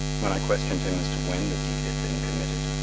when i questioned him as to when the deed had been committed,